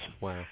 Wow